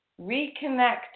reconnect